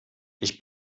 ich